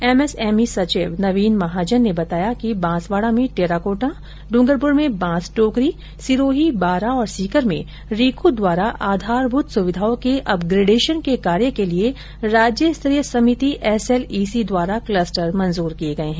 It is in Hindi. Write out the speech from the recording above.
एमएसएमई सचिव नवीन महाजन ने बताया कि बांसवाड़ा में टेराकोटा डूंगरपुर में बांस टोकरी सिरोही बारां और सीकर में रीको द्वारा आधारभूत सुविधाओं के अपग्रेडेशन के कार्य के लिए राज्य स्तरीय समिति एसएलईसी द्वारा क्लस्टर मंजूर किए गए हैं